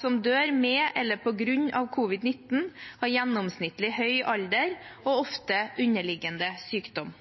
som dør med eller på grunn av covid-19, har gjennomsnittlig høy alder og ofte underliggende sykdom.